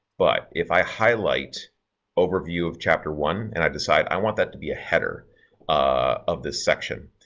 but if i highlight overview of chapter one and i decide i want that to be a header ah of this section,